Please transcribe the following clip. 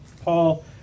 Paul